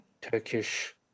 Turkish